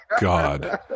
God